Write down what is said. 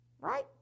Right